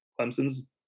Clemson's